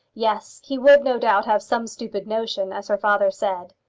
yes he would, no doubt, have some stupid notion, as her father said.